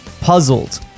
puzzled